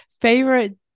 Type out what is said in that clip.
Favorite